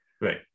Right